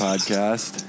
Podcast